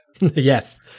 Yes